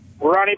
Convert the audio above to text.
Ronnie